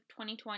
2020